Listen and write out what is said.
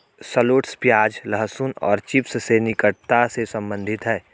shallots प्याज, लहसुन और चिव्स से निकटता से संबंधित है